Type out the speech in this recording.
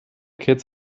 kids